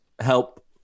help